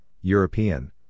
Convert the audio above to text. European